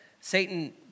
Satan